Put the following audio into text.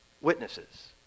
witnesses